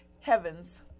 heavens